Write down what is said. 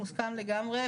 מוסכם לגמרי,